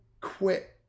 quit